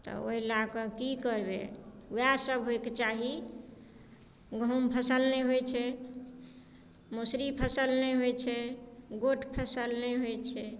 तऽ ओहि लए कऽ की करबै उएहसभ होयके चाही गहुम फसल नहि होइत छै मसुरी फसल नहि होइत छै गोट फसल नहि होइत छै